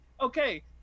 okay